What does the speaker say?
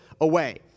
away